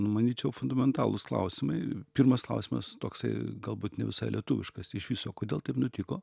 nu manyčiau fundamentalūs klausimai pirmas klausimas toksai galbūt ne visai lietuviškas iš viso kodėl taip nutiko